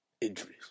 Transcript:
Injuries